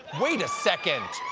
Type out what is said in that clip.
wait a second!